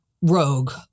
rogue